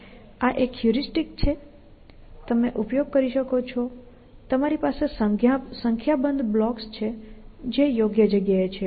આ એક હ્યુરીસ્ટિક છે તમે ઉપયોગ કરી શકો છો તમારી પાસે સંખ્યાબંધ બ્લોક્સ છે જે યોગ્ય જગ્યાએ છે